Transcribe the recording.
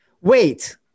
Wait